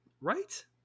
Right